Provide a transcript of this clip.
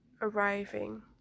arriving